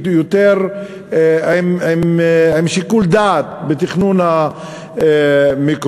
עם יותר שיקול דעת בתכנון המקומי.